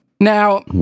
Now